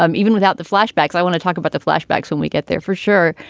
um even without the flashbacks. i want to talk about the flashbacks when we get there for sure.